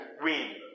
win